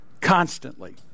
constantly